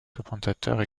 commentateurs